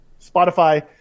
Spotify